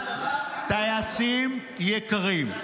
טייסים יקרים,